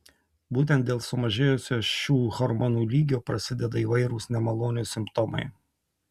būtent dėl sumažėjusio šių hormonų lygio prasideda įvairūs nemalonūs simptomai